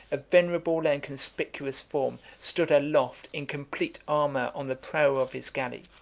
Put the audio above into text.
a venerable and conspicuous form, stood aloft in complete armor on the prow of his galley.